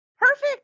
Perfect